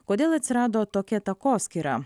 kodėl atsirado tokia takoskyra